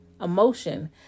emotion